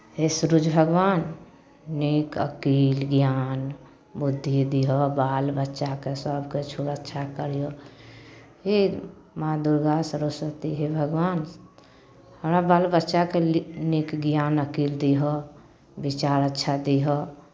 हे सुरज भगवान नीक अकिल ज्ञान बुद्धि दिहऽ बाल बच्चाके सभके सुरक्षा करिहऽ हे माँ दुर्गा सरस्वती हे भगवान हमरा बाल बच्चाकेँ लीक नीक ज्ञान अकिल दिहऽ विचार अच्छा दिहऽ